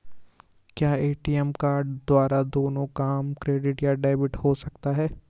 क्या ATM card द्वारा दोनों काम क्रेडिट या डेबिट हो सकता है?